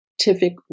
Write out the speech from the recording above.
scientific